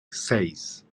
seis